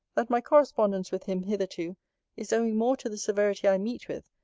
that my correspondence with him hitherto is owing more to the severity i meet with,